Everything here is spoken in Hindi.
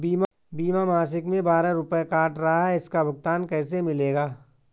बीमा मासिक में बारह रुपय काट रहा है इसका भुगतान कैसे मिलेगा?